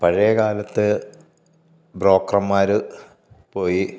പഴയകാലത്ത് ബ്രോക്കർമാർ പോയി